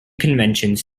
conventions